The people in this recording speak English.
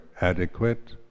adequate